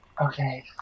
Okay